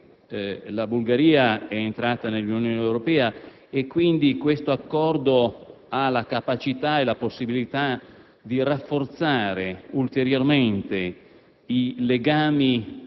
luogo, perche´ la Bulgaria eentrata nell’Unione Europea e quindi questo Accordo ha la capacita e la possibilita` di rafforzare ulteriormente